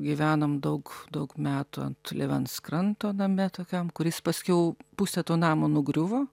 gyvenom daug daug metų ant lėvens kranto name tokiam kuris paskiau pusę to namo nugriuvo